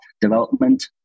development